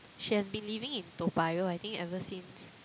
she has been living in Toa-Payoh I think ever since